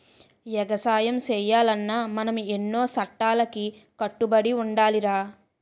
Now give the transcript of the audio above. ఎగసాయం సెయ్యాలన్నా మనం ఎన్నో సట్టాలకి కట్టుబడి ఉండాలిరా